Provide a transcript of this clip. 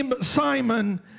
Simon